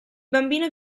bambino